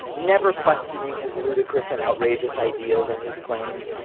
never questioning his ludicrous and outrageous ideas and his claims.